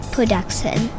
Production